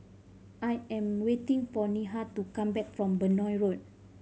I am waiting for Neha to come back from Benoi Road